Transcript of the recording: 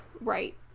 Right